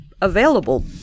available